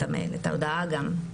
את ההודעה גם.